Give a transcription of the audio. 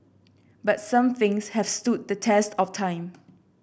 but some things have stood the test of time